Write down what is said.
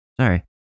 Sorry